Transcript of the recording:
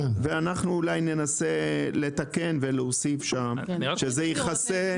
אנחנו אולי ננסה לתקן ולהוסיף שם שזה יכסה,